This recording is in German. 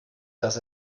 das